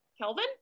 Kelvin